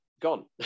gone